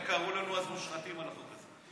הם קראו לנו אז מושחתים על החוק הזה.